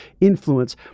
influence